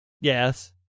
Yes